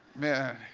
man.